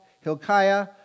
Hilkiah